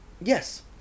Yes